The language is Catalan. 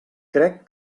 crec